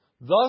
thus